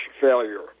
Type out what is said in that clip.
failure